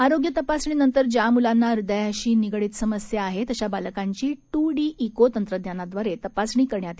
आरोग्य तपासणीनंतर ज्या मुलांना हृदयाशी निगडित समस्या आहेत अशा बालकांची ट्र डी क्रि तंत्रज्ञानाद्वारे तपासणी करण्यात येते